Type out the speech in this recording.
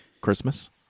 Christmas